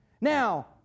Now